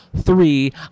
three